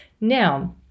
now